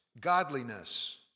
godliness